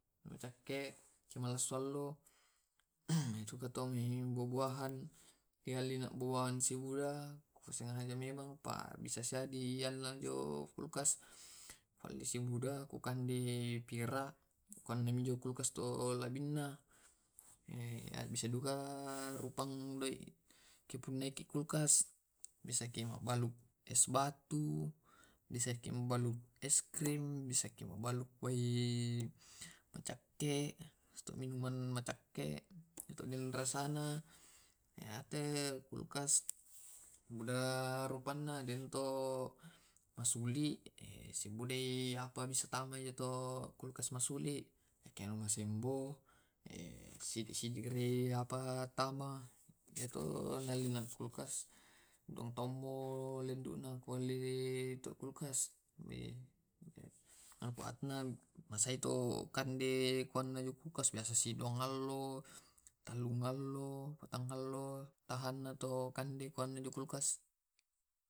Iyamtu semacam yamtue matama daging, bale, sisa kande, bobo, wae, buah-buahan. yamtu idealna len idikande tumai isungkeanna karna denekedde sungkai ananta enana tumae wae apantu mae, teama bau. marasa-sara sapa nadikande. sidukaki eskrim to iya metoi tu dikande ki namadeceng dikande.